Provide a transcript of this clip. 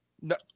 No